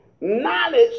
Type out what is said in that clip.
Knowledge